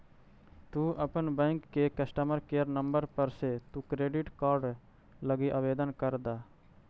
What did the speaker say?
तु अपन बैंक के कस्टमर केयर नंबर पर से तु क्रेडिट कार्ड लागी आवेदन कर द